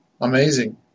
amazing